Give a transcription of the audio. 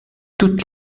toutes